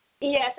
Yes